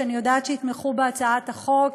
שאני יודעת שיתמכו בהצעת החוק,